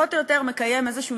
והוא פחות או יותר מקיים היגיון,